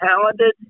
talented